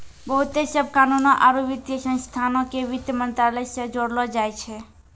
बहुते सभ कानूनो आरु वित्तीय संस्थानो के वित्त मंत्रालय से जोड़लो जाय छै